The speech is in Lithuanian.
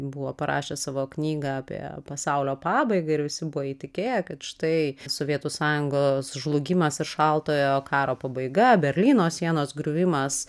buvo parašęs savo knygą apie pasaulio pabaigą ir visi buvo įtikėję kad štai sovietų sąjungos žlugimas ir šaltojo karo pabaiga berlyno sienos griuvimas